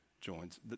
joins